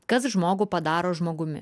kas žmogų padaro žmogumi